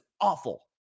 awful